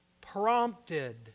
Prompted